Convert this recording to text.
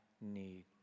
need